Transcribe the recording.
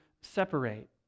separate